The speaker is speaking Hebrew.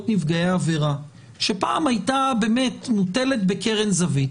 נפגעי עבירה שפעם הייתה באמת מטלת בקרן זווית,